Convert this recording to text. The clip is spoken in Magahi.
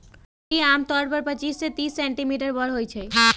तोरी आमतौर पर पच्चीस से तीस सेंटीमीटर बड़ होई छई